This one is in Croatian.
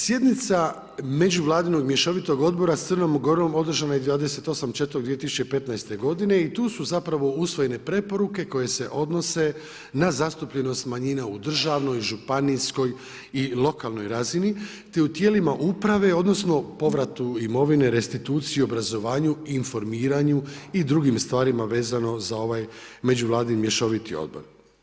Sjednica Međuvladinog mješovitog odbora s Crnom Gorom održana je 28.4.2015. godine i tu su zapravo usvojene preporuke koje se odnose na zastupljenost manjina u državnoj, županijskoj i lokalnoj razini, te u tijelima uprave odnosno povratu imovine, restituciji, obrazovanju, informiranju i drugim stvarima vezano za ovaj međuvladin mješoviti odbor.